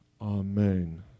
Amen